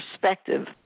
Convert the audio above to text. perspective